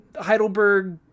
Heidelberg